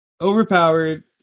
Overpowered